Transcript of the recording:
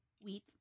wheat